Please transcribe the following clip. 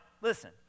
listen